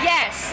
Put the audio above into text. Yes